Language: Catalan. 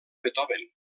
beethoven